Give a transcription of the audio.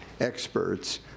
experts